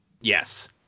yes